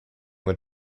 with